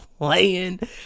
playing